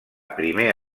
primer